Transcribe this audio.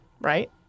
right